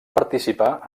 participar